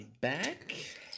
back